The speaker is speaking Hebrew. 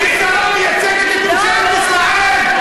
היא שרה, מייצגת אוכלוסייה,